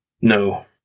No